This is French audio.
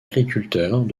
agriculteurs